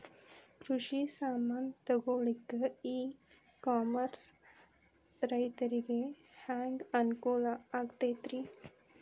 ಕೃಷಿ ಸಾಮಾನ್ ತಗೊಳಕ್ಕ ಇ ಕಾಮರ್ಸ್ ರೈತರಿಗೆ ಹ್ಯಾಂಗ್ ಅನುಕೂಲ ಆಕ್ಕೈತ್ರಿ?